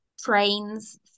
trains